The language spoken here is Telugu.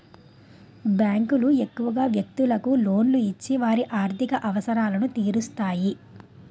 బ్యాంకులు ఎక్కువగా వ్యక్తులకు లోన్లు ఇచ్చి వారి ఆర్థిక అవసరాలు తీరుస్తాయి